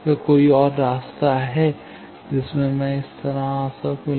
क्या कोई और रास्ता है जिससे मैं इस तरह आ सकूँ